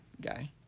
guy